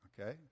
Okay